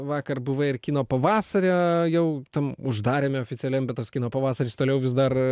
vakar buvai ir kino pavasario jau tam uždaryme oficialiam bet tas kino pavasaris toliau vis dar